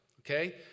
Okay